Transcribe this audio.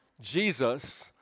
Jesus